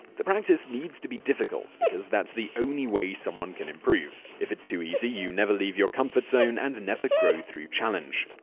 the practice needs to be difficult, because that's the only way someone can improve. if it's too easy, you never leave your comfort zone and never grow through challenge.